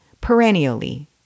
perennially